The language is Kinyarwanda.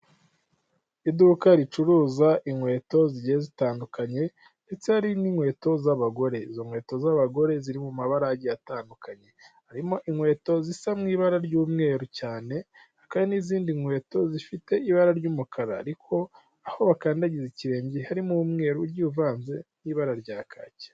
Iduka ricuruza inkweto zigiye zitandukanye ndetse hari n'inkweto z'abagore izo nkweto z'abagore ziri mu mabara agiye atandukanye harimo inkweto zisa mu ibara ry'umweru cyane hakaba hari n'izindi nkweto zifite ibara ry'umukara ariko aho bakandagiza ikirenge harimo umweru ugiye uvanze n'ibara rya kacyi.